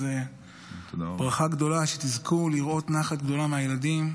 אז ברכה גדולה,